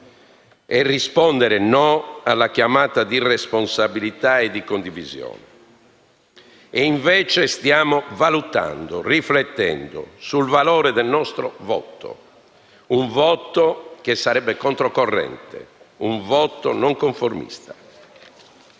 e rispondere no alla chiamata di responsabilità e di condivisione. E, invece, stiamo valutando, riflettendo sul valore del nostro voto, che sarebbe contro corrente e non conformista.